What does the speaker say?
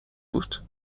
بود